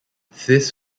this